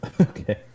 Okay